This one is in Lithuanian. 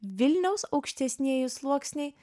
vilniaus aukštesnieji sluoksniai